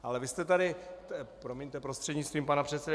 Ale vy jste tady, promiňte, prostřednictvím pana předsedajícího.